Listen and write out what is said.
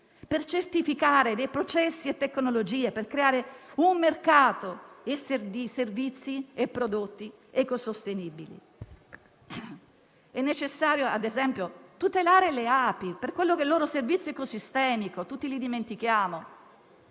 per certificare processi e tecnologie e creare un mercato di servizi e prodotti ecosostenibili. È necessario, ad esempio, tutelare le api per il loro servizio ecosistemico che tutti dimentichiamo.